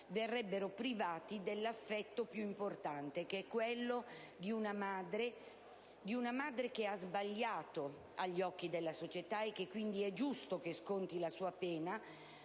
verrebbero privati dell'affetto più importante, che è quello di una madre: di una madre che ha sbagliato agli occhi della società, e che quindi è giusto che sconti la sua pena,